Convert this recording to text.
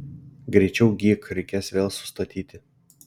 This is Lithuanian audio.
greičiau gyk reikės vėl sustatyti